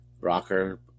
rocker